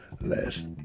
last